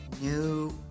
new